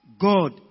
God